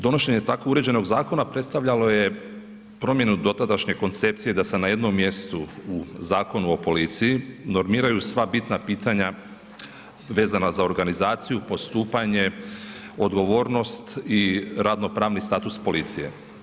Donošenje tako uređenog zakona predstavljalo je promjenu dotadašnje koncepcije da se na jednom mjestu u Zakonu o policiji normiraju sva bitna pitanja vezana za organizaciju, postupanje, odgovornost i radno pravni status policije.